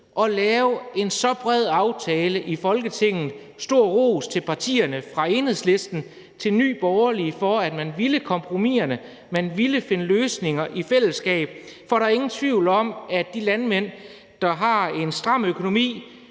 at lave en så bred aftale i Folketinget. Jeg har stor ros til partierne fra Enhedslisten til Nye Borgerlige for, at man ville kompromiserne, man ville finde løsninger i fællesskab, for der er ingen tvivl om, at de landmænd, der har en stram økonomi,